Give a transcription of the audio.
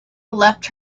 left